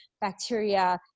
bacteria